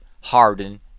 harden